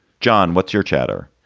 john, what's your chatter?